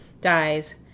dies